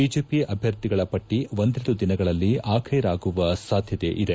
BJP ಅಭ್ಯರ್ಥಿಗಳ ಪಟ್ಟ ಒಂದೆರಡು ದಿನಗಳಲ್ಲಿ ಆಖೈರಾಗುವ ಸಾಧ್ಯತೆ ಇದೆ